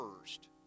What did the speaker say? first